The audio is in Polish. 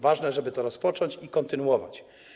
Ważne, żeby to rozpocząć i kontynuować.